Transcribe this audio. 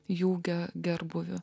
jų ūgio gerbūviu